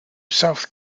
south